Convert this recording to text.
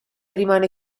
rimane